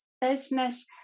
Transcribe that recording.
business